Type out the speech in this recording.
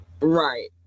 Right